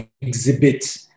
exhibit